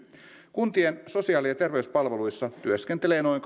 kuntien sosiaali ja terveyspalveluissa työskentelee noin